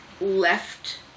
left